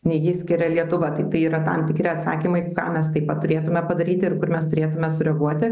nei ji skiria lietuva tai tai yra tam tikri atsakymai ką mes taip pat turėtume padaryti ir kur mes turėtume sureaguoti